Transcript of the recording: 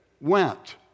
went